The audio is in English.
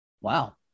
Wow